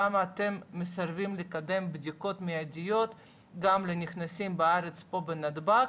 למה אתם מסרבים לקדם בדיקות מידיות גם לנכנסים בארץ פה בנתב"ג